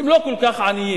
הם לא כל כך עשירים,